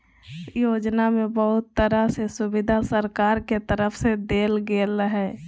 योजना में बहुत तरह के सुविधा सरकार के तरफ से देल गेल हइ